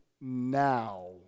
now